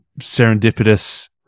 serendipitous